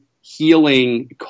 healing